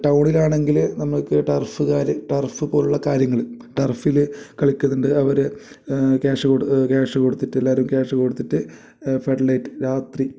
ടൗണിലാണെങ്കിൽ നമുക്ക് ടർഫ്കാർ ടർഫ് പോലെയുള്ള കാര്യങ്ങൾ ടർഫിൽ കളിക്കുന്നുണ്ട് അവർ ക്യാഷ് കൊടുത്തു ക്യാഷ് കൊടുത്തിട്ട് എല്ലാവരും ക്യാഷ് കൊടുത്തിട്ട് ഫെഡ്ലൈറ്റ് രാത്രി